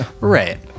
Right